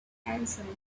answered